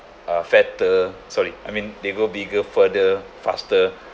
uh fatter sorry I mean they go bigger further faster